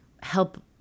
help